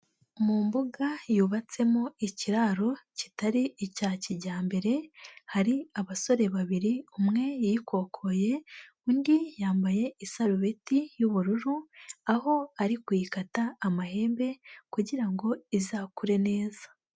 Mu mbuga yubatsemo ikiraro kitari icya kijyambere, hari abasore babiri umwe yikokoye, undi yambaye isarubeti y'ubururu, aho ari kuyikata amahembe kugira ngo izakure neza.